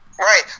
Right